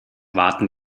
warten